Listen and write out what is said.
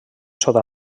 sota